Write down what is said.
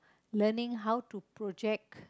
learning how to project